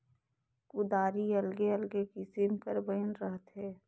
कुदारी अलगे अलगे किसिम कर बइन रहथे